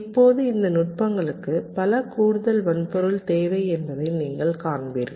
இப்போது இந்த நுட்பங்களுக்கு பல கூடுதல் வன்பொருள் தேவை என்பதை நீங்கள் காண்பீர்கள்